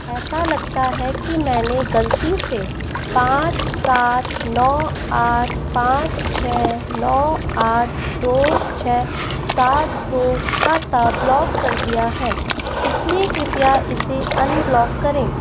ऐसा लगता है कि मैंने गलती से पाँच सात नौ आठ पाँच छ नौ आठ दो छ सात दो खाता ब्लॉक कर दिया है इसलिए कृपया इसे अनब्लॉक करें